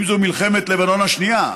אם זו מלחמת לבנון השנייה,